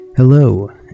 Hello